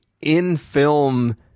in-film